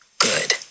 Good